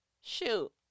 Shoot